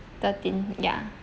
thirteenth ya